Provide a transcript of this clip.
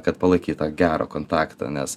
kad palaikyt tą gerą kontaktą nes